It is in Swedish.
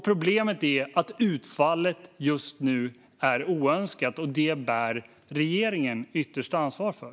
Problemet är att utfallet just nu är oönskat, och det bär regeringen det yttersta ansvaret för.